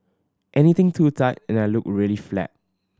anything too tight and I look really flat